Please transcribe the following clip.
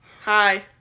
Hi